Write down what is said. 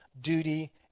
duty